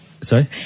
Sorry